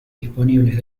disponibles